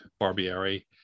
Barbieri